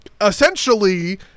essentially